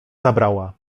zabrała